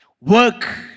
work